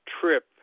trip